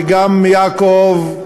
וגם יעקב,